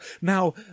Now